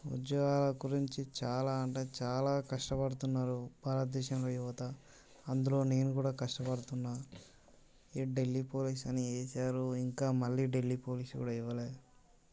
ఉద్యోగాల గురించి చాలా అంటే చాలా కష్ట పడుతున్నారు భారతదేశంలో యువత అందులో నేను కూడా కష్టపడుతున్నాను ఈ ఢిల్లీ పోలీసు అని వేశారు ఇంకా మళ్ళీ ఢిల్లీ పోలీస్ కూడా ఇవ్వలేదు